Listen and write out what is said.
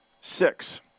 Six